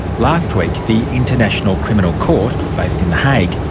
last week the international criminal court, based in the hague,